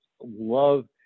love